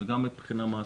וגם מבחינה מעשית.